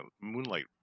moonlight